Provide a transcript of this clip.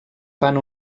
fan